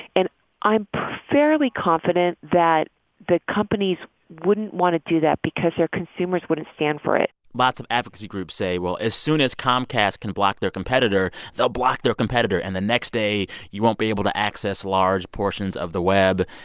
and i'm fairly confident that the companies wouldn't want to do that because their consumers wouldn't stand for it lots of advocacy groups say, well as soon as comcast can block their competitor, they'll block their competitor. and the next day, you won't be able to access large portions of the web.